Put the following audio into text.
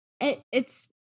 It's-